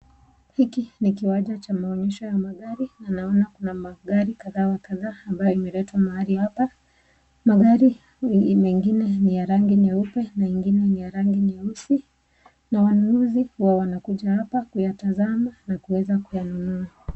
Hiki ni kiwanja cha maonyesho ya magari na naona kuna magari kadha wa kadha ambao imeletwa mahali hapa, magari mengine ni ya rangi meupe na mengine ni ya rangi nyeusi na wanunuzi huwa wanakuja hapa kuyatazama na kuweza kuyanunua.